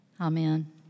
Amen